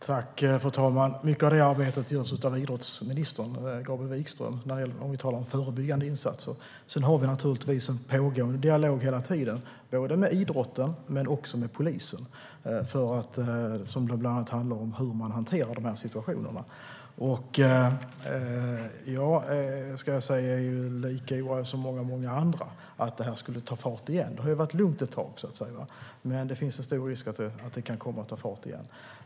Fru talman! Mycket av arbetet med förebyggande insatser görs av idrottsminister Gabriel Wikström. Sedan har vi naturligtvis en pågående dialog med idrotten och med polisen som bland annat handlar om hur man hanterar dessa situationer. Jag är lika oroad som många andra för att detta ska ta fart igen. Det har ju varit lugnt ett tag, men det finns en stor risk för att det ska komma att ta fart igen.